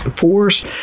force